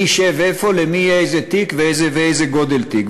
מי ישב איפה, למי יהיה איזה תיק ואיזה גודל תיק.